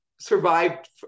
survived